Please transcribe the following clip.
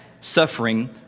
suffering